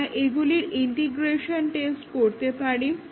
আমরা এগুলির integration test করতে পারি